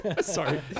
Sorry